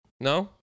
No